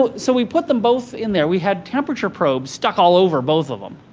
but so we put them both in there. we had temperature probes stuck all over both of them.